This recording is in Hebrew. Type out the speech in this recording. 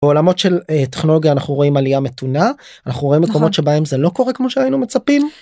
עולמות של טכנולוגיה אנחנו רואים עלייה מתונה אנחנו רואים מקומות שבהם זה לא קורה כמו שהיינו מצפים.